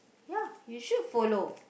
ya you should follow